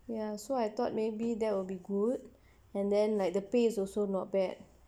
ya so I thought maybe that will be good and then like the pay is also not bad